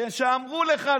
אמרו לך,